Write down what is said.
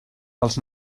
els